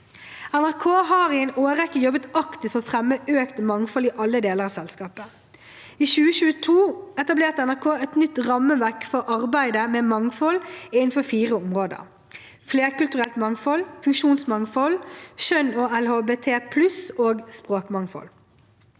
NRK har i en årrekke jobbet aktivt for å fremme økt mangfold i alle deler av selskapet. I 2022 etablerte NRK et nytt rammeverk for arbeidet med mangfold innenfor fire områder: flerkulturelt mangfold, funksjonsmangfold, kjønn og LHBT+ og språkmangfold.